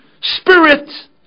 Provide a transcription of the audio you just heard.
spirit